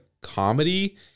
comedy